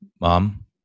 Mom